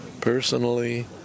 personally